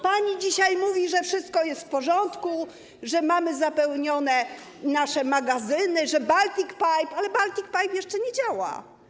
Pani dzisiaj mówi, że wszystko jest w porządku, że mamy zapełnione nasze magazyny, że jest Baltic Pipe, ale Baltic Pipe jeszcze nie działa.